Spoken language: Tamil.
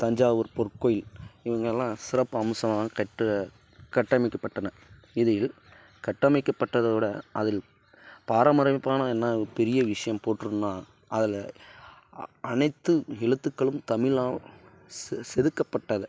தஞ்சாவூர் பொற்கோயில் இவங்க எல்லாம் சிறப்பு அம்சமாக கட்ட கட்டமைக்கப்பட்டன இதில் கட்டமைக்கப்பட்டதோட அதில் பாரம்பரியமான என்ன பெரிய விஷயம் போட்ருந்தா அதில் அனைத்து எழுத்துக்களும் தமிழாக செதுக்கப்பட்டது